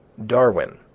darwin,